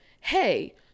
hey